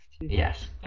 Yes